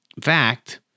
fact